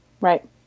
right